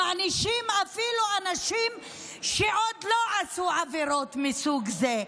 מענישים אפילו אנשים שעוד לא עשו עבירות מסוג זה.